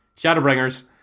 Shadowbringers